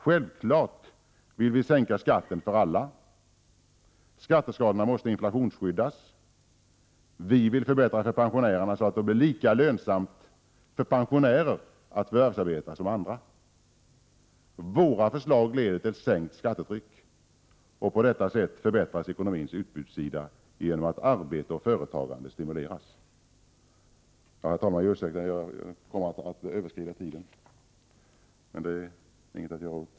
Självklart vill vi sänka skatten för alla. Skatteskalorna måste inflationsskyddas. Vi vill förbättra för pensionärerna så att det blir lika lönsamt för pensionärer att förvärvsarbeta som för andra. Våra förslag leder till sänkt skattetryck. På detta sätt förbättras ekonomins utbudssida genom att arbete och företagande stimuleras. Herr talman! Jag ber om ursäkt för att jag kommer att överskrida den för mitt anförande beräknade taletiden.